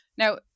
Now